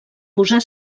posar